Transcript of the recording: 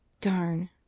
Darn